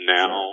now